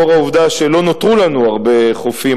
לאור העובדה שלא נותרו לנו הרבה חופים,